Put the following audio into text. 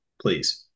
please